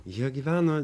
jie gyveno